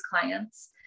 clients